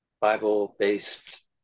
Bible-based